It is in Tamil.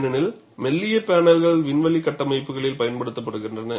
ஏனெனில் மெல்லிய பேனல்கள் விண்வெளி கட்டமைப்புகளில் பயன்படுத்தப்படுகின்றன